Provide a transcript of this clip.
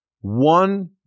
one